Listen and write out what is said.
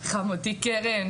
חמותי קרן,